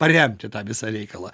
paremti tą visą reikalą